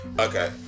Okay